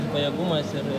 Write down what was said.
pajėgumas ir